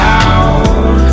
out